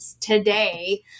today